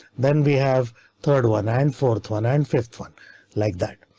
then we have third one and fourth one and fifth one like that.